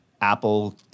Apple